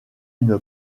une